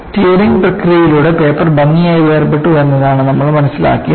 tearing പ്രക്രിയയിലൂടെ paper ഭംഗിയായി വേർപെട്ടു എന്നതാണ് നമ്മൾ മനസ്സിലാക്കിയത്